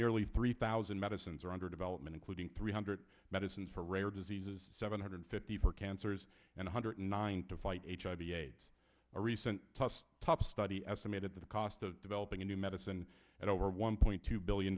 nearly three thousand medicines are under development including three hundred medicines for rare diseases seven hundred fifty for cancers and a hundred nine to fight hiv aids a recent test top study estimated the cost of developing a new medicine at over one point two billion